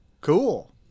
Cool